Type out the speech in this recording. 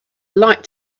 light